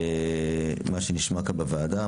מה שנשמע כאן בוועדה,